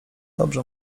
dobrze